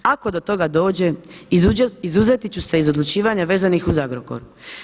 Ako do toga dođe izuzeti ću se iz odlučivanja vezanih uz Agrokor.